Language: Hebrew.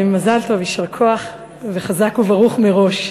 מזל טוב, יישר כוח וחזק וברוך מראש.